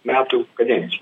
metų kadencijai